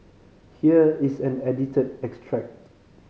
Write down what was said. here is an edited extract